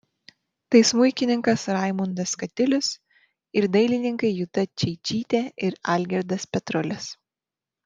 tai smuikininkas raimundas katilius ir dailininkai juta čeičytė ir algirdas petrulis